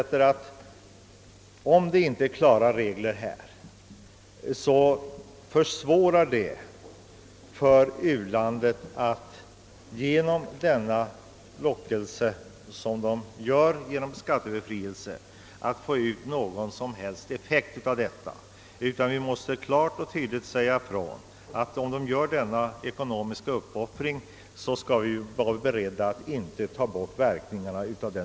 Om det inte finns klara regler härvidlag blir det svårt för u-landet att uppnå önskad effekt av den lockelse som skattebefrielsen skulle utgöra. Vi måste tydligt och bestämt säga ifrån, att om u-landet gör sådana ekonomiska uppoffringar skall vi vara beredda att inte ta bort verkningarna av dem.